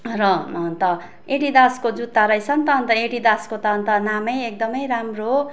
र अन्त एडिडासको जुत्ता रहेछ नि त अन्त एडिडासको त अन्त नाम एकदम राम्रो हो